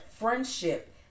friendship